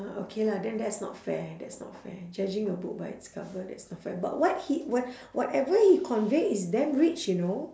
uh okay lah then that's not fair that's not fair judging a book by its cover that's not fair but what he what whatever he convey is damn rich you know